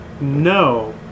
No